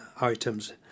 items